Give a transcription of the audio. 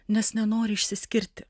nes nenori išsiskirti